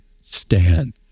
stand